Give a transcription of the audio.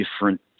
different